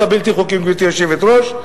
גברתי היושבת-ראש,